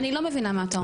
אני לא מבינה מה אתה אומר?